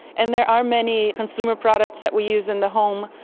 and there are many consumer products that we use in the home.